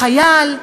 חייל,